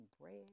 bread